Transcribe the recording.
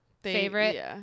favorite